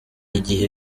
igihe